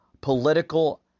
political